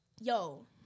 yo